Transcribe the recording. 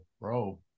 bro